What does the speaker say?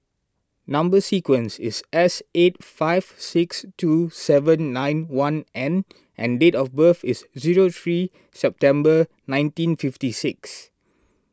Number Sequence is S eight five six two seven nine one N and date of birth is zero three September nineteen fifty six